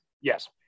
Yes